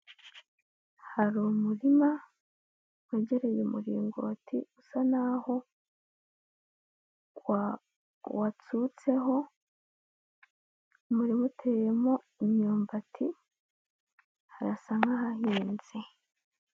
Hari umurima wegereye umuringoti, usa naho watsutseho, umurima uteyemo imyumbati, harasa nk'ahahinze.